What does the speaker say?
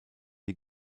die